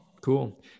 cool